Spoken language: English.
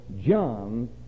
John